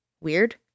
weird